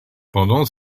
pendant